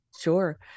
Sure